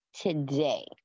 today